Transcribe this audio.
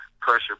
pressure